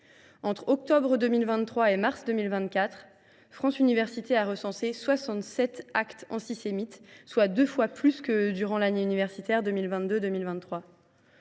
Entre octobre 2023 et mars 2024, France Universités a recensé soixante sept actes antisémites, soit deux fois plus que durant l’année universitaire 2022 2023.